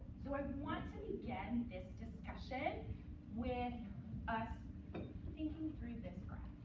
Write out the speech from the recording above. so i want to begin this discussion with us thinking through this graph.